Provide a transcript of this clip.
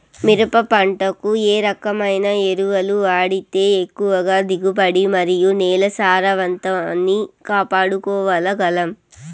మిరప పంట కు ఏ రకమైన ఎరువులు వాడితే ఎక్కువగా దిగుబడి మరియు నేల సారవంతాన్ని కాపాడుకోవాల్ల గలం?